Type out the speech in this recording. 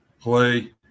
play